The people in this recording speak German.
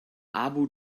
abu